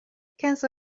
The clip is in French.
quinze